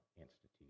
Institute